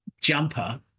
jumper